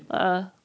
(uh huh)